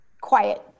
quiet